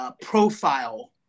profile